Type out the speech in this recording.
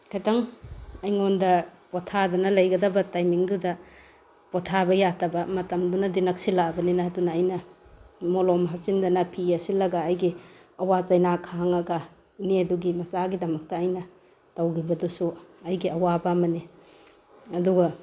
ꯈꯤꯇꯪ ꯑꯩꯉꯣꯟꯗ ꯄꯣꯊꯥꯗꯅ ꯂꯩꯒꯗꯕ ꯇꯥꯏꯃꯤꯡꯗꯨꯗ ꯄꯣꯊꯥꯕ ꯌꯥꯗꯕ ꯃꯇꯝꯗꯨꯅꯗꯤ ꯅꯛꯁꯤꯜꯂꯛꯑꯕꯅꯤꯅ ꯑꯗꯨꯅ ꯑꯩꯅ ꯃꯣꯂꯣꯝ ꯍꯥꯞꯆꯤꯟꯗꯅ ꯐꯤ ꯌꯦꯠꯁꯤꯜꯂꯒ ꯑꯩꯒꯤ ꯑꯋꯥ ꯆꯩꯅꯥ ꯈꯥꯡꯉꯒ ꯏꯅꯦꯗꯨꯒꯤ ꯃꯆꯥꯒꯤꯗꯃꯛꯇ ꯑꯩꯅ ꯇꯧꯈꯤꯕꯗꯨꯁꯨ ꯑꯩꯒꯤ ꯑꯋꯥꯕ ꯑꯃꯅꯤ ꯑꯗꯨꯒ